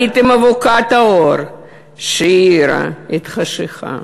הייתם אבוקת האור שהאירה את החשכה.